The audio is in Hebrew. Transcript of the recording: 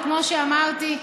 וכמו שאמרתי,